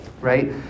Right